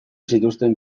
zituzten